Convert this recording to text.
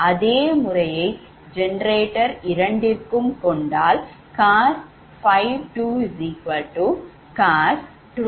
அதே முறையை generator 2ற்கும் கொண்டால் cos𝜙2cos12140